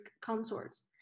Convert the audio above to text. consorts